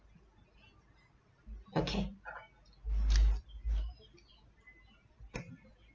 okay